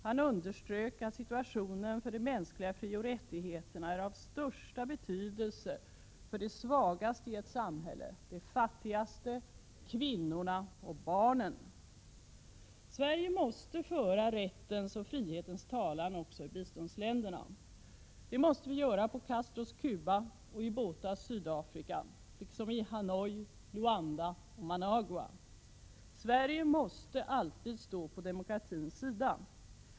Han underströk att situationen för de mänskliga frioch rättigheterna är av största betydelse för de svagaste i ett samhälle, de fattigaste, kvinnorna och barnen. Sverige måste föra rättens och frihetens talan också i biståndsländerna. Det måste vi göra på Castros Cuba och i Bothas Sydafrika, liksom i Hanoi, Luanda och Managua. Sverige måste alltid stå på demokratins sida.